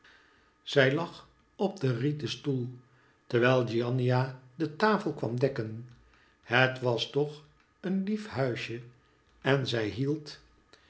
zij lag op den rieten stoel terwijl giannina de tafel kwam dekken het was toch een lief huisje en zij hield